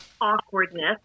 awkwardness